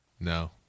No